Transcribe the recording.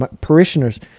parishioners